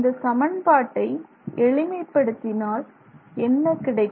இந்த சமன்பாட்டை எளிமை படுத்தினால் என்ன கிடைக்கும்